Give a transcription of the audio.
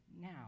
now